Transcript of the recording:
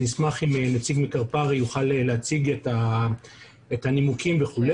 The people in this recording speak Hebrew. אני אשמח אם נציג מקרפ"ר יוכל להציג את הנימוקים וכו'.